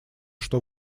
что